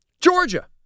Georgia